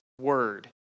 word